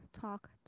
talk